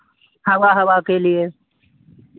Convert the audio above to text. हवा हवा के लिए